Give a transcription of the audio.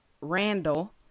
Randall